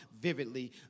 vividly